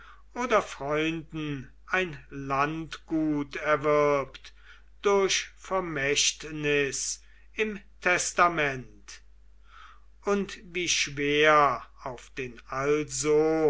oder freunden ein landgut erwirbt durch vermächtnis im testament und wie schwer auf den also